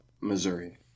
Missouri